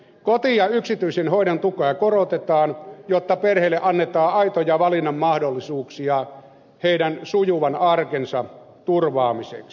koti ja yksityisen hoidon tukea korotetaan jotta perheille annetaan aitoja valinnanmahdollisuuksia heidän sujuvan arkensa turvaamiseksi